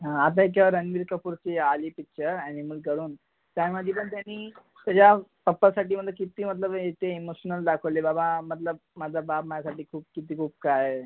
हां आता इतक्यावर रणबीर कपूरची आली पिच्चर ॲनिमल करून त्यामध्ये पण त्यांनी त्याच्या पप्पासाठी मतलब किती मतलब इमोशनल दाखवले आहे बाबा मतलब माझा बाप माझ्यासाठी खूप किती खूप काय